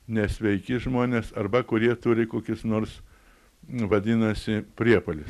nesveiki žmonės arba kurie turi kokius nors vadinasi priepuolius